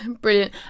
Brilliant